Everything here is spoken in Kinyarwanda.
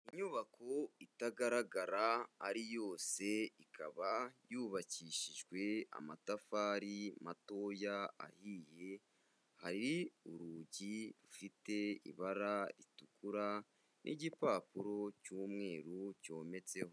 Inyubako itagaragara ari yose, ikaba yubakishijwe amatafari matoya, ahiye, hari urugi rufite ibara ritukura n'igipapuro cy'umweru cyometseho.